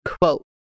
quote